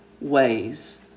ways